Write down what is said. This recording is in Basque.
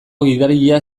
gidaria